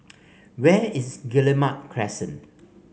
where is Guillemard Crescent